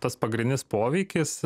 tas pagrindinis poveikis